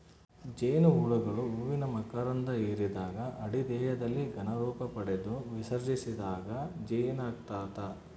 ಜೇನುಹುಳುಗಳು ಹೂವಿನ ಮಕರಂಧ ಹಿರಿದಾಗ ಅಡಿ ದೇಹದಲ್ಲಿ ಘನ ರೂಪಪಡೆದು ವಿಸರ್ಜಿಸಿದಾಗ ಜೇನಾಗ್ತದ